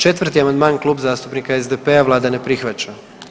4. amandman Kluba zastupnika SPD-a vlada ne prihvaća.